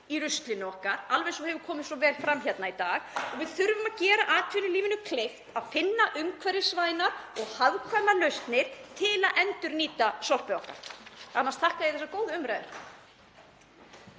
í ruslinu okkar, alveg eins og hefur komið svo vel fram hérna í dag. Við þurfum að gera atvinnulífinu kleift að finna umhverfisvænar og hagkvæmar lausnir til að endurnýta sorpið okkar. Svo þakka ég þessa góðu umræðu.